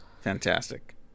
Fantastic